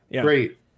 Great